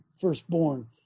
firstborn